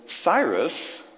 Cyrus